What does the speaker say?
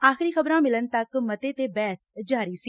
ਆਖਰੀ ਖ਼ਬਰਾਂ ਮਿਲਣ ਤੱਕ ਮਤੇ ਤੇ ਬਹਿਸ ਜਾਰੀ ਸੀ